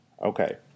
okay